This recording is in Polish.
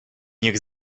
niech